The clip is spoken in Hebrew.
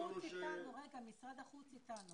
אין לנו את נציג משרד החוץ.